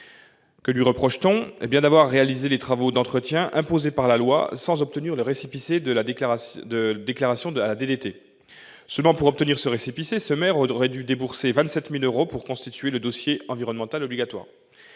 Que lui reproche-t-on ? Eh bien, d'avoir réalisé des travaux d'entretien imposés par la loi sans détenir le récépissé de déclaration de la DDT ! Seulement, pour obtenir ce récépissé, ce maire aurait dû débourser 27 000 euros pour constituer le dossier environnemental obligatoire.